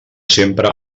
sempre